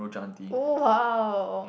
oh !wow!